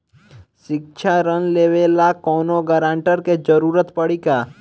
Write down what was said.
शिक्षा ऋण लेवेला कौनों गारंटर के जरुरत पड़ी का?